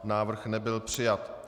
Návrh nebyl přijat.